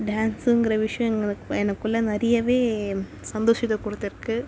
டான்ஸுங்கிற விஷயம் எனக் எனக்குள்ளே நிறையவே சந்தோஷத்தை கொடுத்துருக்கு